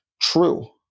true